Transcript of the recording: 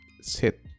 sit